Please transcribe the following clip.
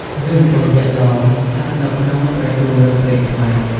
រឿង បឹងយក្សឡោម ស្ថិតនៅក្នុងប្រជុំរឿងព្រេងខ្មែរ។